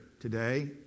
today